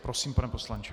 Prosím, pane poslanče.